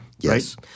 yes